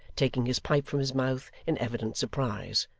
taking his pipe from his mouth, in evident surprise.